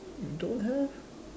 you don't have